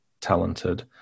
talented